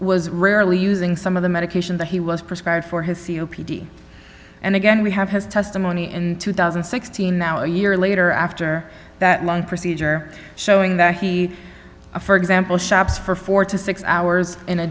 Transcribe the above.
was rarely using some of the medication that he was prescribed for his c o p d and again we have his testimony in two thousand and sixteen now a year later after that long procedure showing that he for example shops for four to six hours in a